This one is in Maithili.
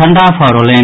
झंडा फहरौलनि